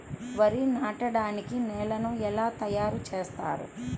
వరి నాటడానికి నేలను ఎలా తయారు చేస్తారు?